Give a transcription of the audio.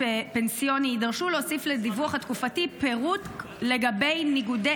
פנסיוני יצטרכו להוסיף לדיווח התקופתי פירוט לגבי ניגודי